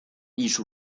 艺术